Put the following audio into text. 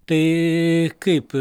tai kaip